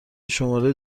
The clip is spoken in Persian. شماره